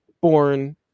born